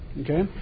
Okay